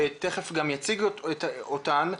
ותיכף גם יציגו אותן,